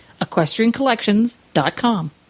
EquestrianCollections.com